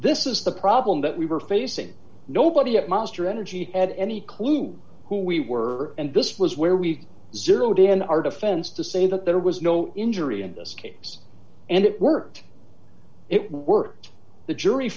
this is the problem that we were facing nobody at monster energy had any clue who we were and this was where we zeroed in our defense to say that there was no injury in this case and it worked it worked the jury